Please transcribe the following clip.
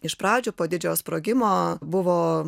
iš pradžių po didžiojo sprogimo buvo